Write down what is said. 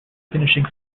finishing